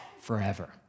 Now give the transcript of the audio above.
forever